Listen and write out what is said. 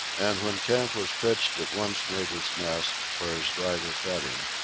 and when camp was pitched at once made his nest, where his driver fed him.